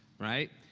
right,